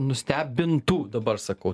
nustebintų dabar sakau